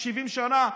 70 שנה,